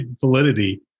validity